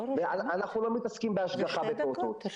אנחנו לא מתעסקים בהשגחה בפעוטות.